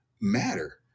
matter